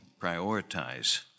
prioritize